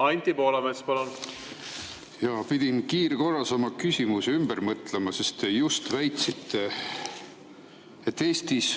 Anti Poolamets, palun! Jaa, pidin kiirkorras oma küsimuse ümber mõtlema, sest te just väitsite, et Eestis